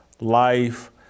life